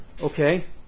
okay